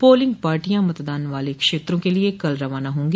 polling पार्टियां मतदान वाले क्षेत्रों के लिये कल रवाना होंगी